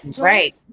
Right